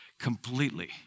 completely